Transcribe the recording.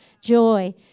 joy